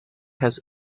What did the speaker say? has